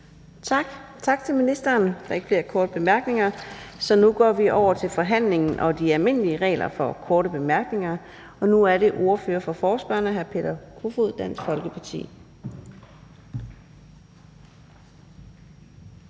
Tak til ministeren. Der er ikke flere korte bemærkninger, så nu går vi over til forhandlingen og de almindelige regler for korte bemærkninger. Nu er det ordføreren for forespørgerne, hr. Peter Kofod, Dansk Folkeparti.